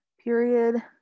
period